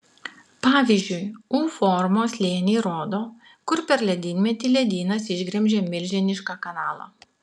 pavyzdžiui u formos slėniai rodo kur per ledynmetį ledynas išgremžė milžinišką kanalą